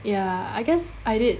ya I guess I did